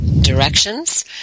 directions